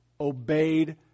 obeyed